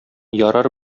ярар